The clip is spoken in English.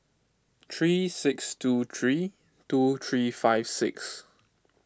three six two three two three five six